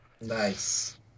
Nice